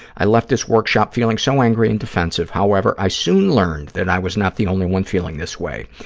i left this workshop feeling so angry and defensive. however, i soon learned that i was not the only one feeling this way.